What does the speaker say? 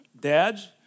dads